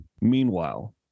Meanwhile